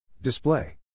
Display